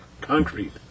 Concrete